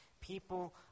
people